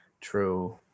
True